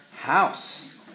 house